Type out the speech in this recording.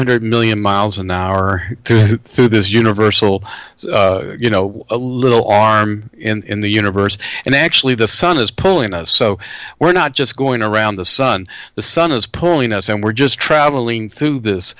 hundred million miles an hour or so this universal you know a little arm in the universe and actually the sun is pulling us so we're not just going around the sun the sun is pulling us and we're just traveling through this